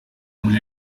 muri